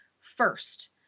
first